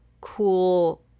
cool